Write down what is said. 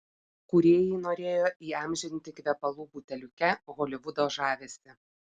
kūrėjai norėjo įamžinti kvepalų buteliuke holivudo žavesį